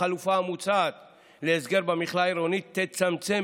החלופה המוצעת להסגר במכלאה עירונית תצמצם